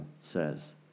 says